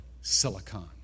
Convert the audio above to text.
silicon